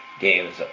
games